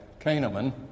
Kahneman